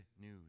news